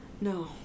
No